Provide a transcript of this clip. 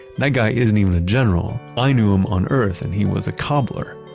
that guy isn't even a general. i knew him on earth and he was a cobbler.